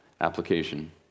application